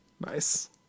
Nice